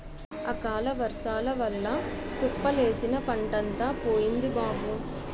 అకాలవర్సాల వల్ల కుప్పలేసిన పంటంతా పోయింది బాబూ